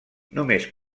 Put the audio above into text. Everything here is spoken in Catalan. només